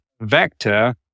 vector